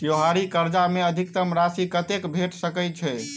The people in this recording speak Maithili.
त्योहारी कर्जा मे अधिकतम राशि कत्ते भेट सकय छई?